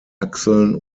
achseln